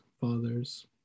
fathers